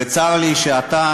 צר לי שאתה,